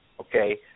okay